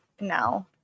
No